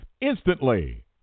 Instantly